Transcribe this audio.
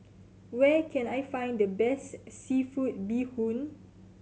where can I find the best seafood bee hoon